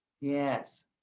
Yes